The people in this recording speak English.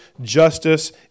justice